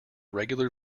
regular